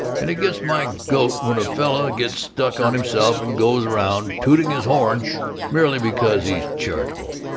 and it gets my goat when a fellow gets stuck on himself and goes around tooting his horn merely because he's charitable.